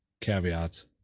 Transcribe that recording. caveats